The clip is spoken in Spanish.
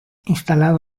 instalado